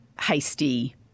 hasty